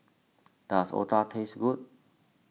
does Otah taste good